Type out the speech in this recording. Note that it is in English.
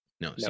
no